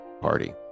Party